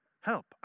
help